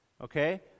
okay